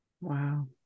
Wow